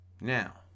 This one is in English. Now